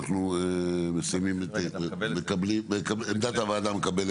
אנחנו ניתן להגיש גם